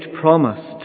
promised